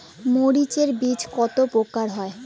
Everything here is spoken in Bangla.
মরিচ এর বীজ কতো প্রকারের হয়?